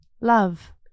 Love